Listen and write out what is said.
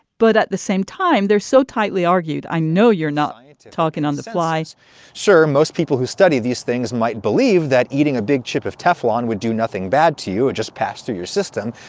but at the same time, they're so tightly argued. i know you're not talking on the flies sir, most people who study these things might believe that eating a big chip of teflon would do nothing bad to you and just pass through your system.